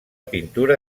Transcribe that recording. pintura